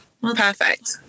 Perfect